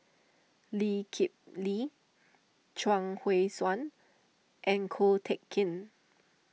Lee Kip Lee Chuang Hui Tsuan and Ko Teck Kin